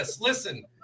Listen